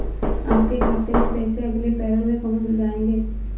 आपके खाते में पैसे अगले पैरोल में पहुँच जाएंगे